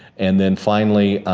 and then finally